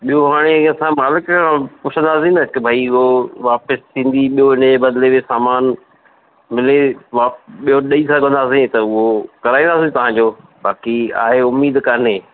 ॿियो हाणे असां मालिक खां पुछंदासीं न की भई उहो वापसि थींदी ॿियो हिनजे बदिले में सामानु मिले वाप ॿियो ॾेई सघंदासीं त उहो कराईंदासीं तव्हांजो बाक़ी आहे उमीद कान्हे